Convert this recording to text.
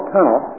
Tunnel